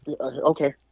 okay